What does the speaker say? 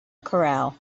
corral